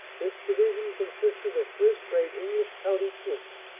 this division consisted of first-rate english county troops,